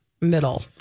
middle